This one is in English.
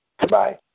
Goodbye